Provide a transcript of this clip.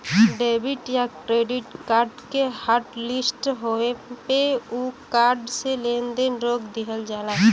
debit या credit card के hotlist होये पे उ कार्ड से लेन देन रोक दिहल जाला